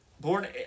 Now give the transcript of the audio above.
born